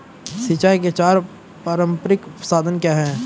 सिंचाई के चार पारंपरिक साधन क्या हैं?